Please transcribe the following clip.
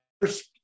first